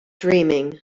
dreaming